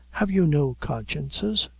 have you no consciences?